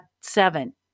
seven